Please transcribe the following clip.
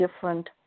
different